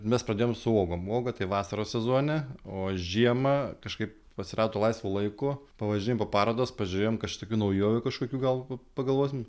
mes pradėjom su uogom uoga tai vasaros sezone o žiemą kažkaip atsirado laisvo laiko pavažinėjom po parodas pažiūrėjom kas čia tokių naujovių kažkokių gal pagalvosim